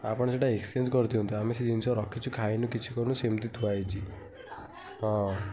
ଆପଣ ସେଟା ଏକ୍ସଚେଞ୍ଜ କରି ଦିଅନ୍ତୁ ଆମେ ସେ ଜିନିଷ ରଖିଛୁ ଖାଇନୁ କିଛି କରିନୁ ସେମିତି ଥୁଆ ହୋଇଛି ହଁ